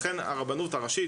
לכן הרבנות הראשית,